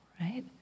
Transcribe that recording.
right